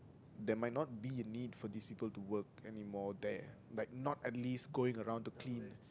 there might not be a need for these people to work anymore there like not at least going around to clean